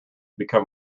become